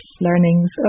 learnings